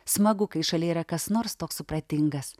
smagu kai šalia yra kas nors toks supratingas